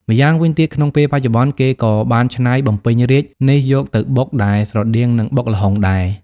ម្យ៉ាងវិញទៀត ក្នុងពេលបច្ចុប្បន្នគេក៏បានច្នៃ បំពេញរាជ្យនេះយកទៅបុកដែលស្រដៀងនឹងបុកល្ហុងដែរ។